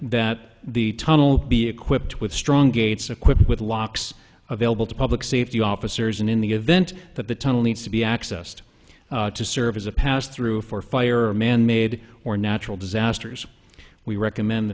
that the tunnel be equipped with strong gates equipped with locks available to public safety officers and in the event that the tunnel needs to be accessed to serve as a pass through for fire or manmade or natural disasters we recommend